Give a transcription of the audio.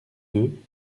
deux